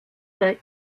der